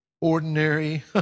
ordinary